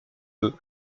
peu